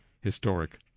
historic